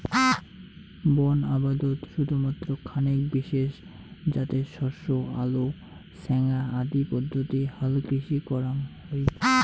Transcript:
বন আবদত শুধুমাত্র খানেক বিশেষ জাতের শস্য আলো ছ্যাঙা আদি পদ্ধতি হালকৃষি করাং হই